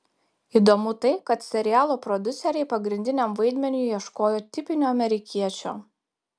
įdomu tai kad serialo prodiuseriai pagrindiniam vaidmeniui ieškojo tipinio amerikiečio